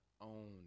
own